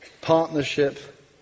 Partnership